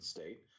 State